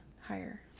Higher